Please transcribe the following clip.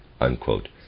unquote